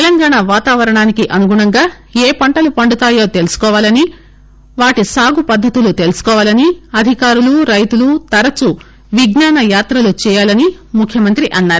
తెలంగాణ వాతావరణానికి అనుగుణంగా ఏ పంటలు పండుతాయో తెలుసుకోవాలని వాటి సాగు పద్దతులు తెలుసుకోవాలని అధికారులు రైతులు తరచూ విజ్ఞాన యాత్రలు చేయాలని ముఖ్యమంత్రి అన్సారు